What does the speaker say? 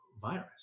virus